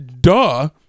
duh